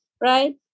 right